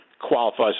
qualifies